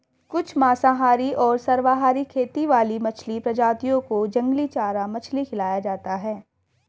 कुछ मांसाहारी और सर्वाहारी खेती वाली मछली प्रजातियों को जंगली चारा मछली खिलाया जाता है